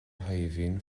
shaidhbhín